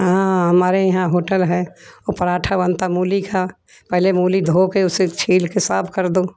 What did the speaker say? हाँ हमारे यहाँ होटल है पराठा बनता मूली का पहले मूली धो के उसे छील के साफ़ कर दो